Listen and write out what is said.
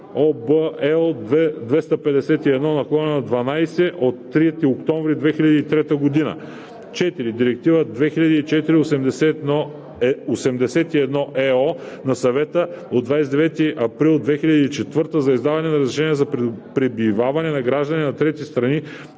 L 251/12 от 3 октомври 2003 г.); 4. Директива 2004/81/ЕО на Съвета от 29 април 2004 г. за издаване на разрешение за пребиваване на граждани на трети страни,